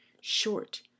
short